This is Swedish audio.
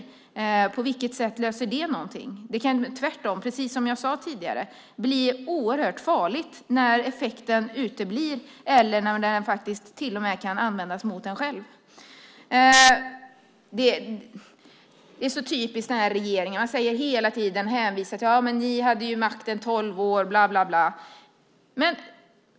Som jag sade tidigare kan det tvärtom bli oerhört farligt när effekten uteblir eller när det till och med kan användas mot en själv. Det är så typiskt denna regering att man hela tiden hänvisar till att vi hade makten i tolv år bla, bla, bla.